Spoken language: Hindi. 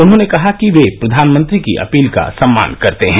उन्होंने कहा कि वे प्रधानमंत्री की अपील का सम्मान करते हैं